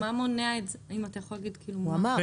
אם אתה יכול להגיד מה מונע את זה?